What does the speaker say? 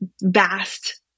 vast